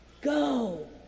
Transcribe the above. Go